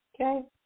Okay